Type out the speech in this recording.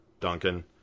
Duncan